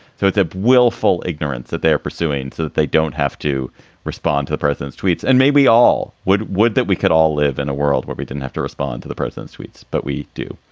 so it's a willful ignorance that they are pursuing so that they don't have to respond to the president's tweets and maybe all would would that we could all live in a world where we didn't have to respond to the president's tweets. but we do.